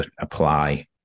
apply